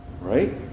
Right